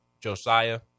Josiah